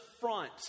front